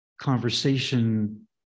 conversation